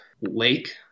lake